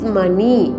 money